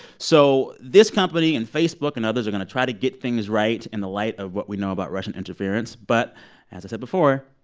so this company, and facebook and others are going to try to get things right in the light of what we know about russian interference. but as i said before,